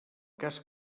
cas